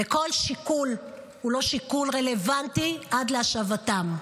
וכל שיקול הוא לא שיקול רלוונטי עד להשבתם.